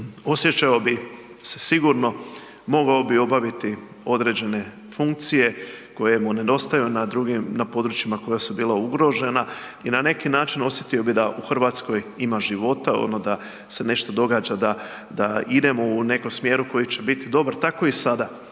osjećao bi se sigurno, mogao bi obaviti određene funkcije koje mu nedostaju na drugim, na područjima koja su bila ugrožena i na neki način osjetio bi da u Hrvatskoj ima života ono da se nešto događa, da idemo u nekom smjeru koji će biti dobar. Tako i sada,